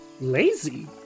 lazy